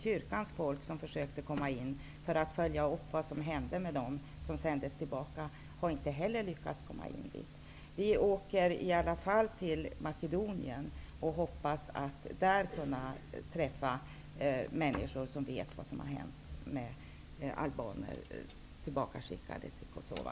Kyrkans folk, som försökte komma in för att följa upp vad som har hänt med dem som har sänts tillbaka, har inte heller lyckats komma in. Vi kommer i alla fall att åka Makedonien, och vi hoppas att där kunna träffa människor som vet vad som har hänt med albaner som skickats tillbaka till Kosova.